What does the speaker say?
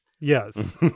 Yes